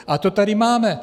A to tady máme.